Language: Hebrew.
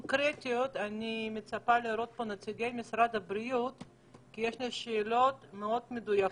אני מצפה לראות פה נציגים ממשרד הבריאות כי יש לי שאלות מאוד מדויקות.